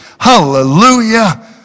Hallelujah